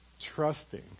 trusting